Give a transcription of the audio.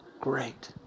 great